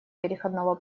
переходного